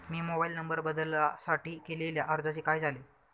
मी mobile number बदलासाठी केलेल्या अर्जाचे काय झाले?